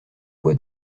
foi